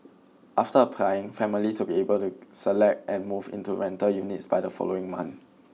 after applying families will be able to select and move into the rental units by the following month